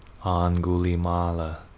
Angulimala